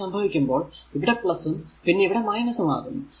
ഇങ്ങനെ സംഭവിക്കുമ്പോൾ ഇവിടെ ഉം പിന്നെ ഇവിടെ ഉം ആകുന്നു